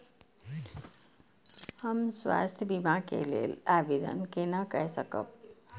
हम स्वास्थ्य बीमा के लेल आवेदन केना कै सकब?